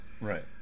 Right